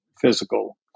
physical